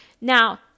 Now